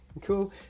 cool